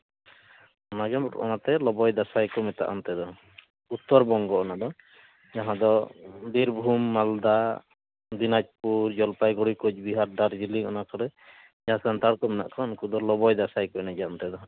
ᱢᱟᱡᱮᱢᱚᱨ ᱚᱱᱟᱛᱮ ᱞᱚᱵᱚᱭ ᱫᱟᱸᱥᱟᱭ ᱠᱚ ᱢᱮᱛᱟᱜᱼᱟ ᱚᱱᱛᱮ ᱫᱚ ᱩᱛᱛᱚᱨᱵᱚᱝᱜᱚ ᱚᱱᱟ ᱫᱚ ᱡᱟᱦᱟᱸ ᱫᱚ ᱵᱤᱨᱵᱷᱩᱢ ᱢᱟᱞᱫᱟ ᱫᱤᱱᱟᱡᱯᱩᱨ ᱡᱚᱞᱯᱟᱭᱜᱩᱲᱤ ᱠᱳᱪᱵᱤᱦᱟᱨ ᱫᱟᱨᱡᱤᱞᱤᱝ ᱚᱱᱟ ᱠᱚᱨᱮ ᱡᱟᱦᱟᱸᱭ ᱥᱟᱱᱛᱟᱲ ᱠᱚ ᱢᱮᱱᱟᱜ ᱠᱚᱣᱟ ᱩᱱᱠᱩ ᱫᱚ ᱞᱚᱵᱚᱭ ᱫᱟᱸᱥᱟᱭ ᱠᱚ ᱮᱱᱮᱡᱟ ᱚᱱᱛᱮ ᱫᱚ ᱦᱟᱸᱜ